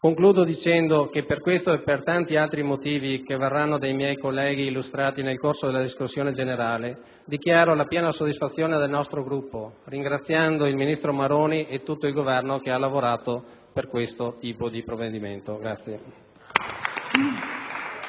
Concludo dicendo che per questo, e per tanti altri motivi che verranno illustrati dai miei colleghi nel corso della discussione generale, dichiaro la piena soddisfazione del nostro Gruppo, ringraziando il ministro Maroni e tutto il Governo che ha lavorato per questo tipo di provvedimento.